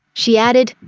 she added,